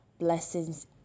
blessings